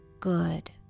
Good